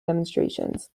demonstrations